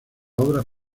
obras